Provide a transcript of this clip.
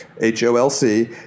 H-O-L-C